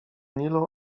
nilu